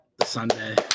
Sunday